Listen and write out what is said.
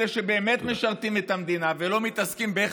אלה שבאמת משרתים את המדינה ולא מתעסקים באיך